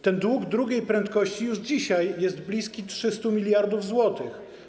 Ten dług drugiej prędkości już dzisiaj jest bliski 300 mld zł.